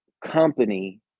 company